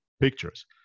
pictures